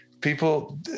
people